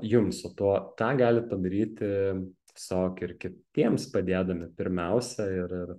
jums su tuo tą galit padaryti tiesiog ir kitiems padėdami pirmiausia ir ir